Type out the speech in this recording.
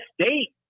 state